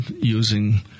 using